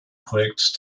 projekt